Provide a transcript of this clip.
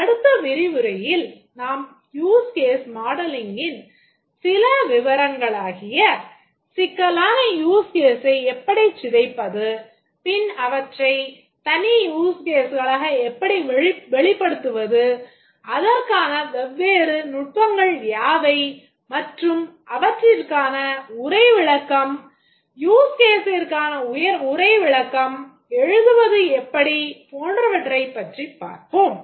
அடுத்த விரிவுரையில் நாம் use case modelling ன் சில விவரங்களாகிய சிக்கலான use case ஐ எப்படிச் சிதைப்பது பின் அவற்றை தனி use caseகளாக எப்படி வெளிப்படுத்துவது அதற்கான வெவ்வேறு நுட்பங்கள் யாவை மற்றும் அவற்றிற்கான உரை விளக்கம் use case க்கான உரை விளக்கம் எழுதுவது எப்படி போன்றவற்றைப் பற்றி பார்ப்போம்